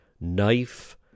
knife